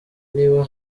niba